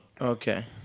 okay